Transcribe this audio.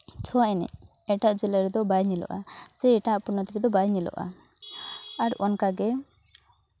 ᱪᱷᱳ ᱮᱱᱮᱡ ᱮᱴᱟᱜ ᱡᱮᱞᱟ ᱨᱮᱫᱚ ᱵᱟᱭ ᱧᱮᱞᱚᱜᱼᱟ ᱥᱮ ᱮᱴᱟᱜ ᱯᱚᱱᱚᱛ ᱨᱮᱫᱚ ᱵᱟᱭ ᱧᱮᱞᱚᱜᱼᱟ ᱟᱨ ᱚᱱᱠᱟᱜᱮ